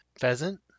pheasant